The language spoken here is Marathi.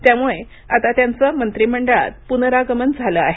त्यामुळे आता त्यांचं मंत्रीमंडळात पुनरागमन झाल आहे